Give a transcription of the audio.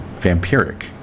vampiric